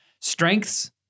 strengths